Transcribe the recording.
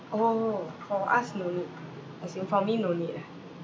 orh for us no need as in for me no need ah